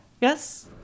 yes